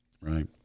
right